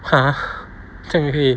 !huh! 这样也可以